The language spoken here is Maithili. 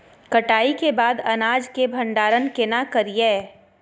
कटाई के बाद अनाज के भंडारण केना करियै?